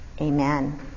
Amen